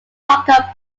parker